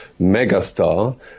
megastar